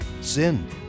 Sin